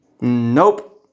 Nope